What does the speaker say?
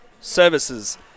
services